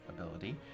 ability